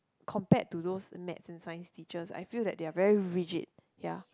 compared to those maths and Science teachers I feel that they are very rigid ya